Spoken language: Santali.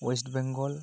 ᱳᱭᱮᱴᱵᱮᱝᱜᱚᱞ